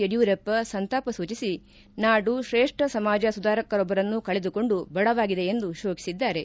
ಯಡಿಯೂರಪ್ಪ ಸಂತಾಪ ಸೂಚಿಸಿ ನಾಡು ಶ್ರೇಷ್ಠ ಸಮಾಜ ಸುಧಾರಕರೊಬ್ಬರನ್ನು ಕಳೆದುಕೊಂಡು ಬಡವಾಗಿದೆ ಎಂದು ಶೋಕಿಸಿದ್ದಾರೆ